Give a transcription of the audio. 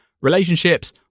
Relationships